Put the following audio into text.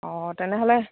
অঁ তেনেহ'লে